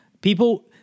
people